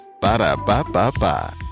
Ba-da-ba-ba-ba